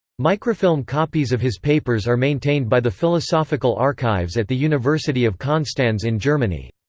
microfilm copies of his papers are maintained by the philosophical archives at the university of konstanz in germany.